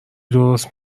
درست